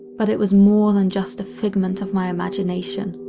but it was more than just a figment of my imagination.